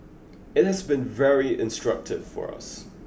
it has been very instructive for us